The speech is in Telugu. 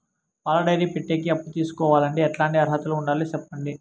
పాల డైరీ పెట్టేకి అప్పు తీసుకోవాలంటే ఎట్లాంటి అర్హతలు ఉండాలి సెప్పండి?